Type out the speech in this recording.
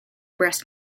breast